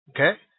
Okay